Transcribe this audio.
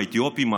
האתיופים,